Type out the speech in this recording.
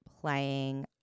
playing